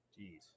Jeez